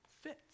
fits